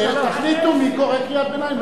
תחליטו מי קורא קריאת ביניים.